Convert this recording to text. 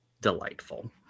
delightful